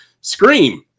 Scream